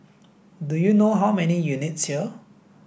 do you know how many units here